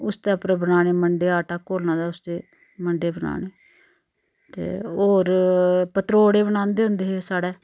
उसदे उप्पर बनाने मंडे आटा घोलना ते उसदे मंडे बनाने ते होर पतरोड़े बनांदे होंदे हे साढ़ै